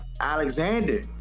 Alexander